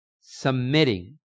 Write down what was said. submitting